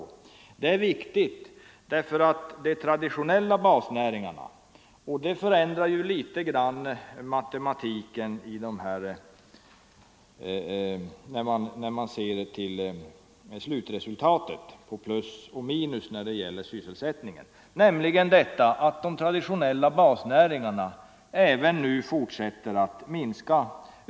Vad som är viktigt i det här sammanhanget, och vad som förändrar matematiken litet när man ser till slutresultatet på plus och minus när det gäller sysselsättningen, är att de traditionella basnäringarna fortsätter att minska.